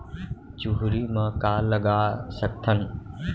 चुहरी म का लगा सकथन?